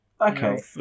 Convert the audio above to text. Okay